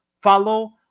follow